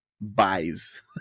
buys